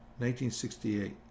1968